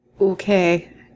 Okay